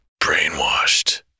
Brainwashed